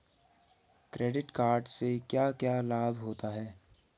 Credit card से क्या क्या लाभ होता है?